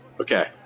okay